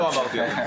אני לא אמרתי את זה,